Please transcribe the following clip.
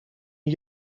een